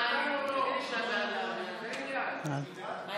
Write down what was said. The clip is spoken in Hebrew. מאי